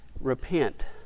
repent